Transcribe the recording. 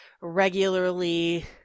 regularly